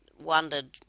wondered